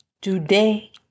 today